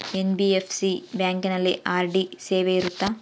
NBFC ಬ್ಯಾಂಕಿನಲ್ಲಿ RD ಸೇವೆ ಇರುತ್ತಾ?